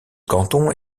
canton